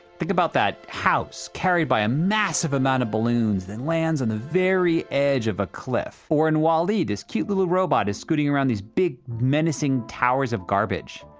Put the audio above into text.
think about that house carried by a massive amount of balloons that lands at and the very edge of a cliff. or in wall e, this cute little robot is scooting around these big menacing towers of garbage.